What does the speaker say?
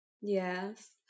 Yes